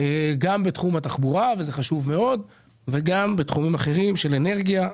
אם זה תשתיות בתחום התחבורה ובתחומים אחרים של אנרגיה,